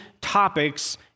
topics